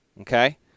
okay